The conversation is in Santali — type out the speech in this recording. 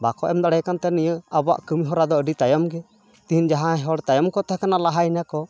ᱵᱟᱠᱚ ᱮᱢ ᱫᱟᱲᱮᱭᱟᱵᱚᱱ ᱠᱟᱱᱛᱮ ᱱᱤᱭᱟᱹ ᱟᱵᱚᱣᱟᱜ ᱠᱟᱹᱢᱤᱦᱚᱨᱟ ᱫᱚ ᱟᱹᱰᱤ ᱛᱟᱭᱚᱢ ᱜᱮ ᱛᱤᱦᱤᱧ ᱡᱟᱦᱟᱸᱭ ᱦᱚᱲ ᱛᱟᱭᱚᱢ ᱠᱚ ᱛᱟᱦᱮᱸᱠᱟᱱᱟ ᱞᱟᱦᱟᱭᱮᱱᱟᱠᱚ